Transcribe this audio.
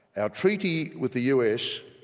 our treaty with the us,